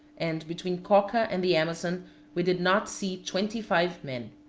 and between coca and the amazon we did not see twenty-five men.